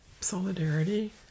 solidarity